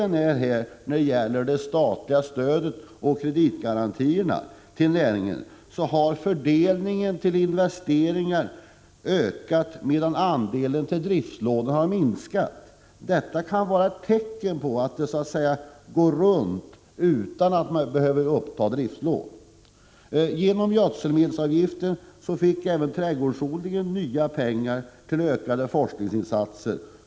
När det gäller det statliga stödet och kreditgarantierna till näringen är trenden att den andel som går till investeringar har ökat, medan andelen till driftslån har minskat. Detta kan vara ett tecken på att verksamheten så att säga går runt, utan att man behöver uppta driftslån. Genom gödselmedelsavgiften fick även trädgårdsodlingen nya pengar till ökade forskningsinsatser.